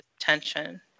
attention